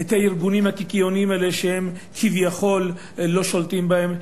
את הארגונים הקיקיונים האלה שכביכול לא שולטים בהם,